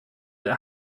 der